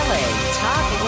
Talk